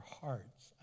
hearts